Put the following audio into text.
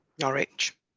Norwich